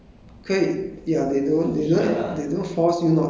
uh 可以用 lah but mm